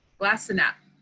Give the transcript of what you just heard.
glasenapp.